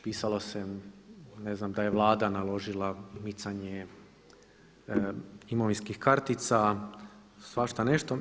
Pisalo se ne znam da je Vlada naložila micanje imovinskih kartica, svašta nešto.